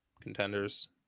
contenders